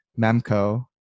Memco